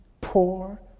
poor